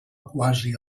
quasi